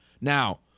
Now